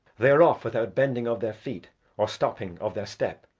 they are off without bending of their feet or stopping of their step,